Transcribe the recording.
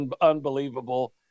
Unbelievable